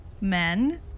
men